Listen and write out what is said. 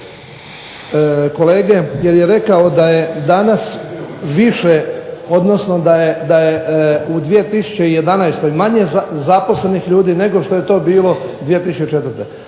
kolege jer je rekao da je danas više, odnosno da je u 2011. manje zaposlenih ljudi nego što je to bilo 2004.